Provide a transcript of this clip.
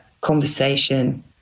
conversation